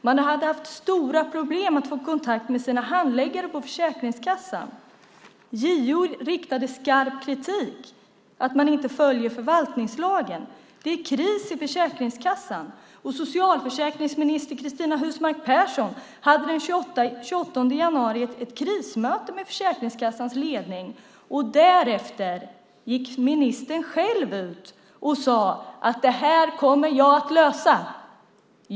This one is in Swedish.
Man hade haft stora problem att få kontakt med sina handläggare på Försäkringskassan. JO riktade skarp kritik mot att man inte följde förvaltningslagen. Det talades om kris i Försäkringskassan, och socialförsäkringsministern Cristina Husmark Pehrsson hade den 28 januari ett krismöte med Försäkringskassans ledning. Därefter gick ministern själv ut och sade att det här kommer jag att lösa!